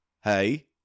Hey